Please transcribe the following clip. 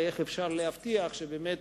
ואיך אפשר להבטיח שבאמת,